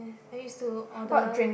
I used to order